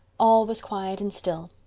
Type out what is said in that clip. all was quiet and still.